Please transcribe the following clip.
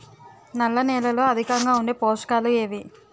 నల్ల నేలలో అధికంగా ఉండే పోషకాలు ఏవి? వాటి గ్యారంటీ వివరించండి?